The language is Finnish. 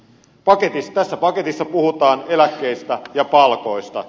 tässä paketissa puhutaan eläkkeistä ja palkoista